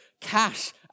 cash